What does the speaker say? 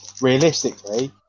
realistically